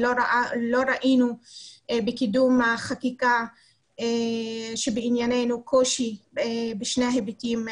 ולא ראינו בקידום החקיקה קושי שבעניינו בשני היבטים